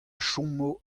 chomo